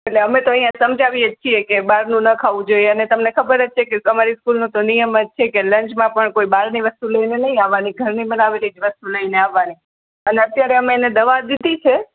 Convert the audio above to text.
એટલે અમે તો અહીંયા સમજાવીએ જ છીએ કે બહારનું ન ખાવું જોઈએ અને તમને ખબર જ છે કે અમારી સ્કૂલનો તો નિયમ જ છે કે લંચમાં પણ કોઈ બહારની વસ્તુ લઈને નહીં આવવાની ઘરની બનાવેલી જ વસ્તુ લઈને આવવાની અને અત્યારે અમે એને દવા દીધી છે